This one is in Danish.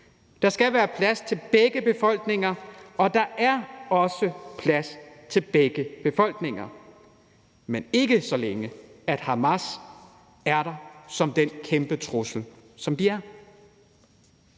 Der skal være plads til begge befolkninger, og der er også plads til begge befolkninger, men ikke så længe Hamas er der som den kæmpe trussel, de er.